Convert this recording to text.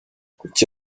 kuki